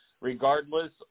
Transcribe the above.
regardless